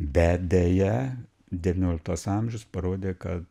bet deja devynioliktas amžius parodė kad